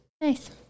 nice